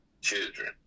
children